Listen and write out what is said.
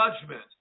judgment